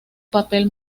papel